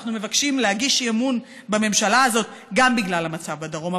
אנחנו מבקשים אי-אמון בממשלה הזאת גם בגלל המצב בדרום,